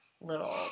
little